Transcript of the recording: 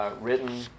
written